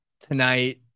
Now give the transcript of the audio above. Tonight